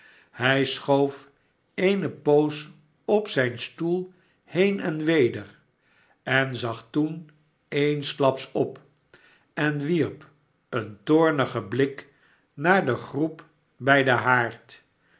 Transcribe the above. hij schoof eene poos op zijn stoel heen en weder en zag toen eensklaps op en wierp een toornigen blik naar de groep bij den haard